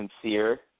sincere